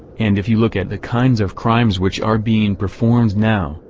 and if you look at the kinds of crimes which are being performed now,